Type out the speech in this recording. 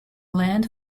land